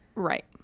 right